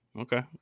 okay